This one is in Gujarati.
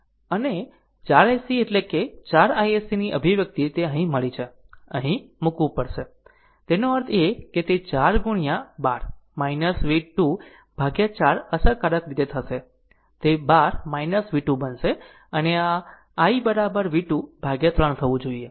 તેથી અને 4 iSC એટલે કે 4 iSC ની અભિવ્યક્તિ તે અહીં મળી છે અહીં મુકવું પડશે તેનો અર્થ એ કે તે 4 ગુણ્યા 12 v 2 ભાગ્યા 4 અસરકારક રીતે થશે તે 12 v 2 બનશે અને આ i v 2 ભાગ્યા 3 થવું જોઈએ